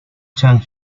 chan